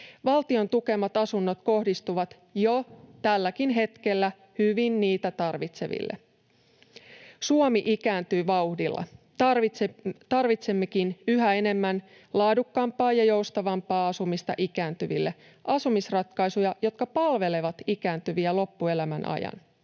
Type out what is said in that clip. Valtion tukemat asunnot kohdistuvat jo tälläkin hetkellä hyvin niitä tarvitseville. Suomi ikääntyy vauhdilla. Tarvitsemmekin yhä enemmän laadukkaampaa ja joustavampaa asumista ikääntyville — asumisratkaisuja, jotka palvelevat ikääntyviä loppuelämän ajan.